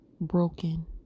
broken